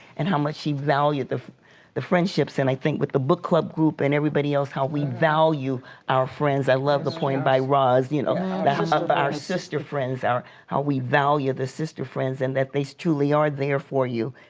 and how much she valued the the friendships and i think with the book club group and everybody else, how we value our friends. i love the poem by raz, you know, of our sister friends, how we value the sister friends and that they truly are there for you.